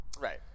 Right